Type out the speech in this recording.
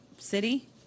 city